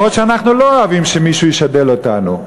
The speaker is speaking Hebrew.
שאנחנו לא אוהבים שמישהו ישדל אותנו,